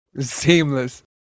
seamless